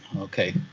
okay